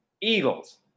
Eagles